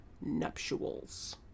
nuptials